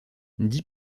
dix